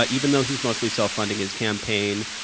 but even though he's mostly self-funding his campaign,